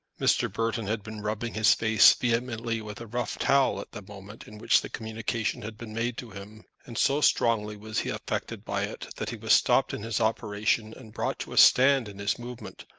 mr. burton had been rubbing his face vehemently with a rough towel at the moment in which the communication had been made to him, and so strongly was he affected by it that he was stopped in his operation and brought to a stand in his movement,